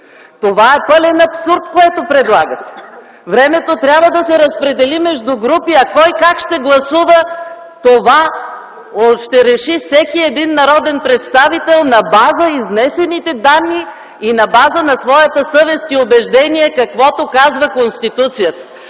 е пълен абсурд! Времето трябва да се разпредели между групите, а кой как ще гласува, това ще реши всеки един народен представител на база изнесените данни и на база на своята съвест и убеждение, каквото казва Конституцията.